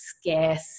scarce